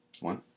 One